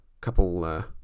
couple